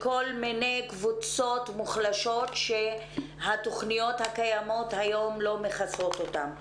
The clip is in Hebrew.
ישנן כל מיני קבוצות מוחלשות שהתכניות הקיימות היום לא מכסות אותם.